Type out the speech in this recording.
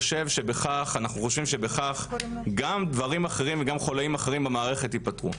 ואנחנו חושבים שבכך גם דברים אחרים וגם חוליים אחרים במערכת ייפתרו.